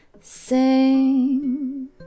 sing